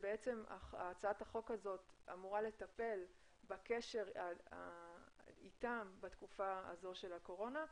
שבעצם הצעת החוק הזאת אמורה לטפל בקשר איתם בתקופה הזו של הקורונה.